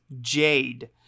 jade